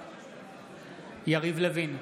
בעד יריב לוין,